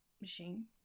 machine